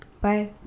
Bye